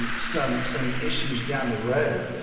and some some issues down the road?